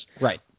Right